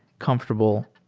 comfortable,